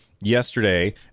yesterday